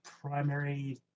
primary